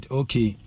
okay